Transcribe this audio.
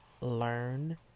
learn